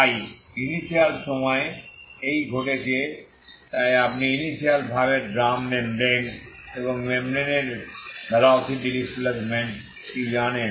তাই ইনিশিয়াল সময়ে এই ঘটছে তাই আপনি ইনিশিয়াল ভাবে ড্রাম মেমব্রেন এবং মেমব্রেনের ভেলোসিটি ডিসপ্লেসমেন্ট Displacement কি জানেন